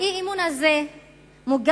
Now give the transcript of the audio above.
האי-אמון הזה מוגש